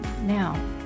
Now